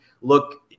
look